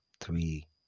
three